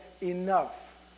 enough